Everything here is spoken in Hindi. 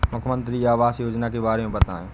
मुख्यमंत्री आवास योजना के बारे में बताए?